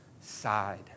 Side